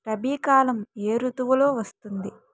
రబీ కాలం ఏ ఋతువులో వస్తుంది?